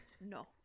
No